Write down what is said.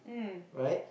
right